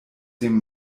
dem